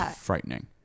frightening